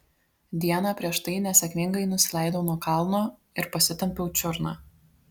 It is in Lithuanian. dieną prieš tai nesėkmingai nusileidau nuo kalno ir pasitempiau čiurną